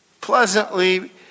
pleasantly